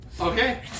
Okay